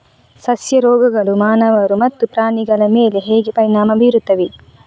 ಸಸ್ಯ ರೋಗಗಳು ಮಾನವರು ಮತ್ತು ಪ್ರಾಣಿಗಳ ಮೇಲೆ ಹೇಗೆ ಪರಿಣಾಮ ಬೀರುತ್ತವೆ